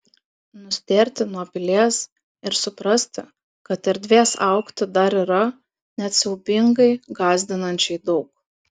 nustėrti nuo pilies ir suprasti kad erdvės augti dar yra net siaubingai gąsdinančiai daug